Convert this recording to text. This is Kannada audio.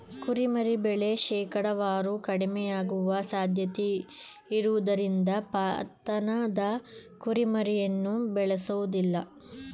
ಕುರಿಮರಿ ಬೆಳೆ ಶೇಕಡಾವಾರು ಕಡಿಮೆಯಾಗುವ ಸಾಧ್ಯತೆಯಿರುವುದರಿಂದ ಪತನದ ಕುರಿಮರಿಯನ್ನು ಬೇಳೆಸೋದಿಲ್ಲ